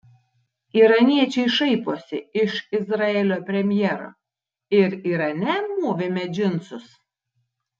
iraniečiai šaiposi iš izraelio premjero ir irane mūvime džinsus